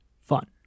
fun